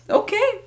okay